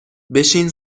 بشین